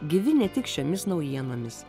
gyvi ne tik šiomis naujienomis